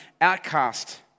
outcast